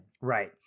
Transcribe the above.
Right